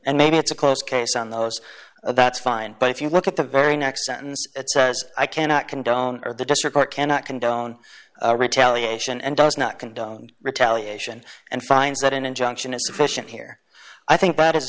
and maybe it's a close case on those that's fine but if you look at the very next sentence that says i cannot condone or the district court cannot condone retaliation and does not condone retaliation and finds that an injunction is sufficient here i think that is